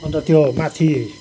अन्त त्यो माथि